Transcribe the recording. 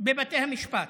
בבית המשפט.